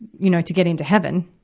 you know, to get into heaven.